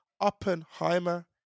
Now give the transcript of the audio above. Oppenheimer